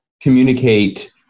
communicate